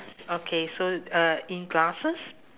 okay so uh in glasses